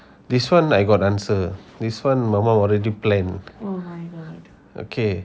this one I got answer this one மாமா:mama already plan okay